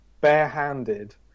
Barehanded